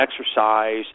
exercise